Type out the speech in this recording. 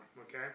Okay